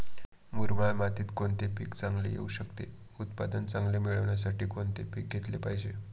मुरमाड मातीत कोणते पीक चांगले येऊ शकते? उत्पादन चांगले मिळण्यासाठी कोणते पीक घेतले पाहिजे?